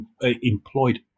employed